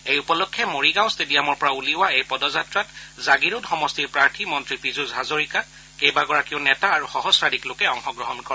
এই উপলক্ষে মৰিগাঁও টেডিয়ামৰ পৰা উলিওৱা এই পদযাত্ৰাত জাগীৰোদ সমষ্টিৰ প্ৰাৰ্থী মন্ত্ৰী পীযুষ হাজৰিকা কেইবাগৰাকীও নেতা আৰু সহসাধিক লোকে অংশগ্ৰহণ কৰে